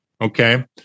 Okay